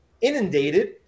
inundated